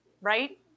right